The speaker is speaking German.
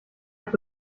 habe